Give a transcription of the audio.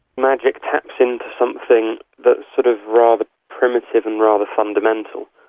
magic taps into something that's sort of rather primitive and rather fundamental.